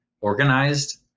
organized